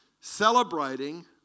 celebrating